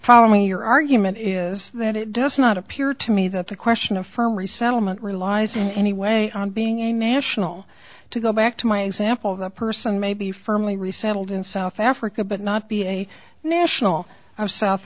following your argument is that it does not appear to me that the question of for resettlement relies anyway on being a national to go back to my example of a person may be firmly resettled in south africa but not be a national of south